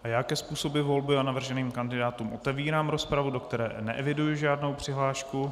A já ke způsobu volby a navrženým kandidátům otevírám rozpravu, do které neeviduji žádnou přihlášku.